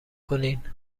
کنین